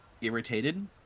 irritated